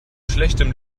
schlechtem